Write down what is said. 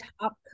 top